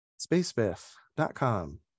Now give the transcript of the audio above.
Spacebiff.com